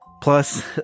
plus